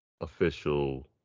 official